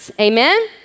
Amen